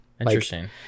interesting